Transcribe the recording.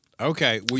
Okay